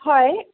হয়